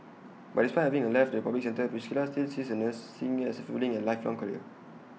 but despite having left the public sector Priscilla still sees nursing as A fulfilling and lifelong career